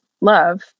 love